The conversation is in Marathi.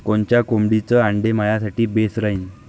कोनच्या कोंबडीचं आंडे मायासाठी बेस राहीन?